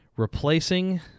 Replacing